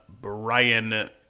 Brian